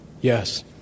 yes